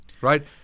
right